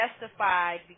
justified